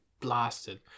blasted